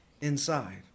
inside